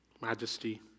majesty